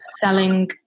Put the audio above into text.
selling